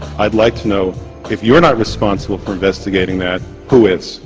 i'd like to know if you're not responsible for investigating that, who is?